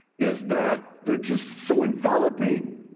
is that they're just so enveloping.